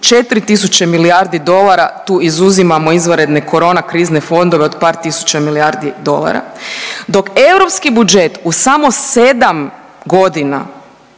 4.000 milijardi dolara, tu izuzimamo izvanredne korona krizne fondove od par tisuća milijardi dolara, dok europski budžet u samo sedam godina